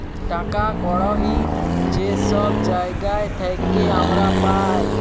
টাকা কড়হি যে ছব জায়গার থ্যাইকে আমরা পাই